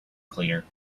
cleaner